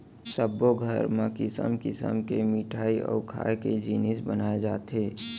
सब्बो घर म किसम किसम के मिठई अउ खाए के जिनिस बनाए जाथे